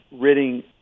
ridding